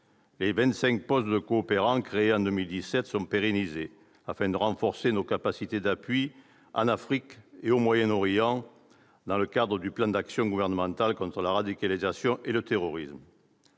postes de coopérant créés en 2017 sont pérennisés, afin de renforcer nos capacités d'appui en Afrique et au Moyen-Orient dans le cadre du plan d'action gouvernemental contre la radicalisation et le terrorisme,